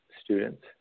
students